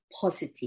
positive